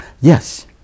Yes